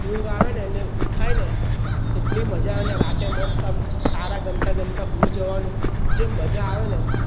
ઊંઘ આવેને એટલે ઉઠાયને કેટલી મજા અને રાતે મસ્ત આમ તારા ગણતાં ગણતાં સુઈ જવાનું જે મજા આવે ને